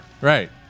right